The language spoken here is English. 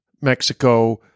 Mexico